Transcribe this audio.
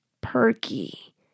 perky